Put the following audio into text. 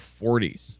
40s